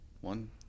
one